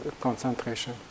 concentration